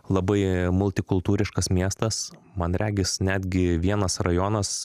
labai multikultūriškas miestas man regis netgi vienas rajonas